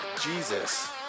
jesus